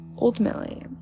ultimately